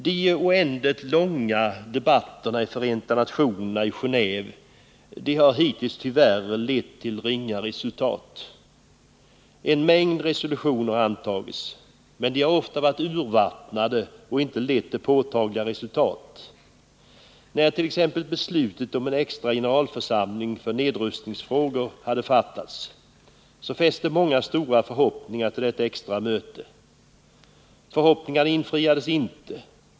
De oändligt långa debatterna i Förenta nationerna och i Geneve har hittills tyvärr lett till ringa resultat. En mängd resolutioner har antagits, men de har ofta varit urvattnade och inte lett till påtagliga resultat. beslutet om en extra generalförsamling för nedrustningsfrågor hade fattats:fäste många stora förhoppningar till detta extra möte. Förhoppningarna infriades inte.